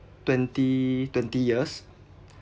twenty twenty years